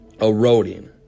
eroding